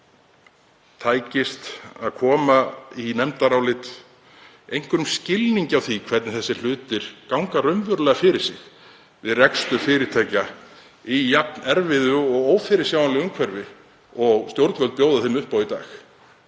tækist að koma í nefndarálit einhverjum skilningi á því hvernig þessir hlutir ganga raunverulega fyrir sig við rekstur fyrirtækja í jafn erfiðu og ófyrirsjáanlegu umhverfi og stjórnvöld bjóða þeim upp á í dag.